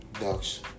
Duck's